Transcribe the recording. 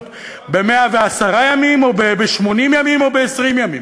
ב-110 ימים או ב-80 ימים או ב-20 ימים?